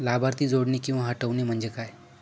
लाभार्थी जोडणे किंवा हटवणे, म्हणजे काय?